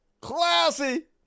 classy